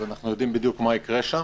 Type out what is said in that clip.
אנו יודעים מה יקרה שם.